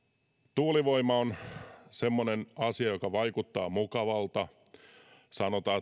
tuulivoima on semmoinen asia joka vaikuttaa mukavalta sanotaan